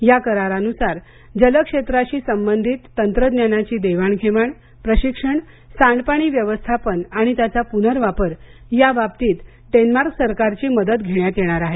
या करारानुसार जल क्षेत्राशी संबधित तंत्रज्ञानाची देवाण घेवाण प्रशिक्षण सांडपाणी व्यवस्थापन आणि त्याचा पुनर्वापर या बाबतीत डेन्मार्क सरकारची मदत घेण्यात येणार आहे